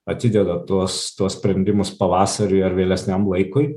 atideda tuos tuos sprendimus pavasariui ar vėlesniam laikui